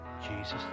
Jesus